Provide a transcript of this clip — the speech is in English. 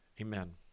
Amen